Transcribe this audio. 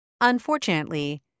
Unfortunately